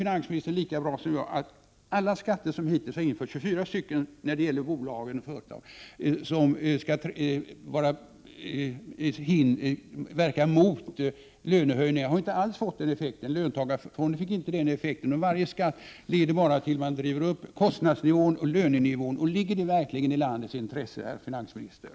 Finansministern vet lika bra som jag att alla skatter som hittills införts sedan 1982 när det gäller bolag och företag och som skall motverka lönehöjningar — 24 stycken —inte alls har fått den effekten. Löntagarfonderna fick inte heller den effekten. Dessa skattehöjningar leder bara till att man driver upp kostnadsnivån och lönenivån. Ligger det verkligen i landets intresse, herr finansminister?